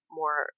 more